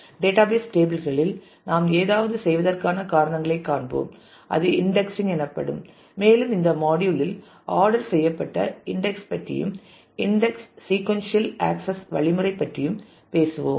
database டேபிள்களில் நாம் ஏதாவது செய்வதற்கான காரணங்களைக் காண்போம் இது இன்டெக்ஸிங் எனப்படும் மேலும் இந்த மாடியுல் இல் ஆர்டர் செய்யப்பட்ட இன்டெக்ஸ் ஐ பற்றியும் இன்டெக்ஸ் சீக்கொன்சியல் ஆக்சஸ் வழிமுறையைப் பற்றியும் பேசுவோம்